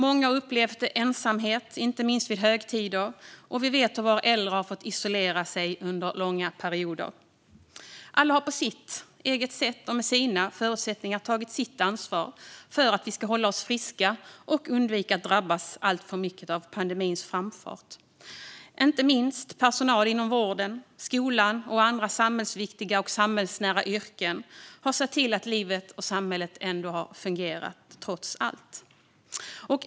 Många har upplevt ensamhet, inte minst vid högtider, och vi vet hur våra äldre har fått isolera sig under långa perioder. Alla har på sitt eget sätt och med sina förutsättningar tagit sitt ansvar för att vi ska hålla oss friska och undvika att drabbas alltför mycket av pandemins framfart. Inte minst personal inom vården, skolan och andra samhällsviktiga och samhällsnära yrken har sett till att livet och samhället ändå har fungerat trots allt.